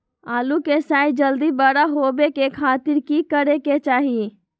आलू के साइज जल्दी बड़ा होबे के खातिर की करे के चाही?